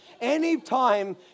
Anytime